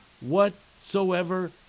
whatsoever